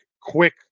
quick